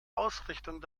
ausrichtung